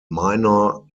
minor